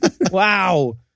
Wow